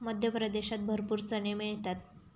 मध्य प्रदेशात भरपूर चणे मिळतात